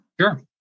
Sure